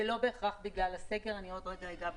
זה לא בהכרח בגלל הסגר, אני עוד רגע אגע בזה.